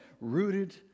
rooted